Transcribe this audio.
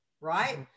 right